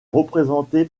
représenté